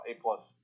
A-plus